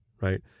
right